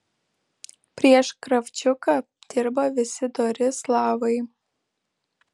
prieš kravčiuką dirba visi dori slavai